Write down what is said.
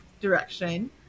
direction